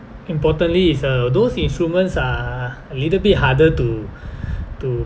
importantly is uh those instruments are a little bit harder to to